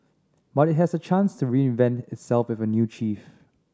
but it has a chance to reinvent itself with a new chief